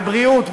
בבריאות,